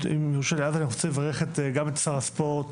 אגב, אני רוצה לברך גם את שר הספורט